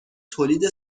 تولید